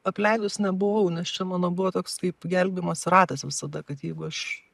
apleidus nebuvau nes čia mano buvo toks kaip gelbėjimosi ratas visada kad jeigu aš